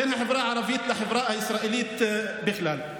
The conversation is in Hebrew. בין החברה הערבית לחברה הישראלית בכלל.